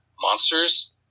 monsters